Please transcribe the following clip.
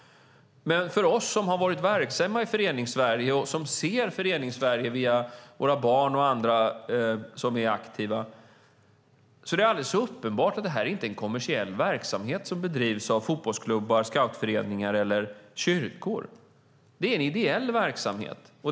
Men för oss som har varit verksamma i Föreningssverige och ser Föreningssverige via våra barn och andra som är aktiva är det alldeles uppenbart att det inte är en kommersiell verksamhet som bedrivs av fotbollsklubbar, scoutföreningar eller kyrkor. Det är en ideell verksamhet.